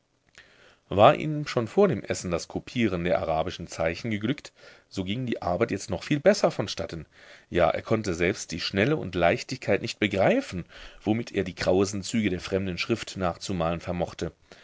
war ihm schon vor dem essen das kopieren der arabischen zeichen geglückt so ging die arbeit jetzt noch viel besser von statten ja er konnte selbst die schnelle und leichtigkeit nicht begreifen womit er die krausen züge der fremden schrift nachzumalen vermochte